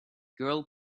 girl